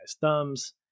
thumbs